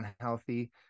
unhealthy